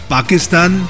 Pakistan